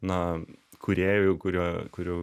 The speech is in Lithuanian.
na kūrėjų kurie kurių